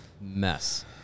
mess